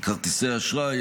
כרטיסי אשראי,